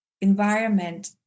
environment